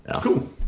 cool